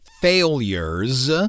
failures